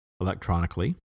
electronically